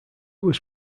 was